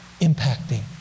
impacting